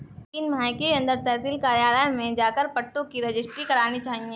तीन माह के अंदर तहसील कार्यालय में जाकर पट्टों की रजिस्ट्री करानी चाहिए